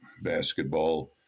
basketball